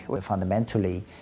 Fundamentally